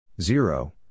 Zero